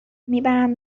میبرم